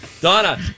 Donna